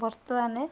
ବର୍ତ୍ତମାନ